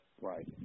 Right